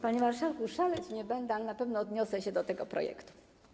Panie marszałku, szaleć nie będę, ale na pewno odniosę się do tego projektu.